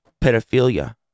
pedophilia